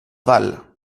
val